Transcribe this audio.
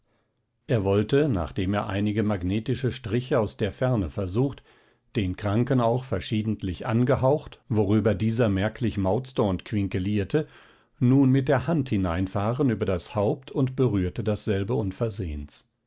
er wollte nachdem er einige magnetische striche aus der ferne versucht den kranken auch verschiedentlich angehaucht worüber dieser merklich mauzte und quinkelierte nun mit der hand hinfahren über das haupt und berührte dasselbe unversehens